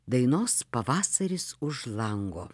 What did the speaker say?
dainos pavasaris už lango